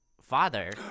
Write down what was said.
father